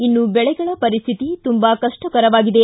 ಇನ್ನು ಬೆಳೆಗಳ ಪರಿಸ್ಥಿತಿ ತುಂಬಾ ಕಪ್ಪಕರವಾಗಿದೆ